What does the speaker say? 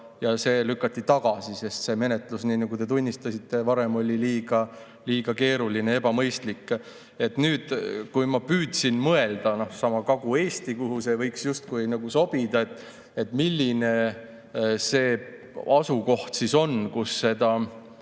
ja see lükati tagasi, sest see menetlus, nii nagu te tunnistasite varem, oli liiga keeruline ja ebamõistlik. Nüüd, ma püüdsin mõelda – seesama Kagu-Eesti, kuhu see võiks justkui sobida –, et milline see asukoht on, kus